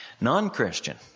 Non-Christian